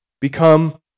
become